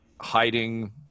hiding